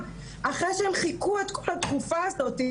- אחרי שהן חיכו את כל התקופה הזאתי,